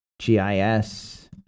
GIS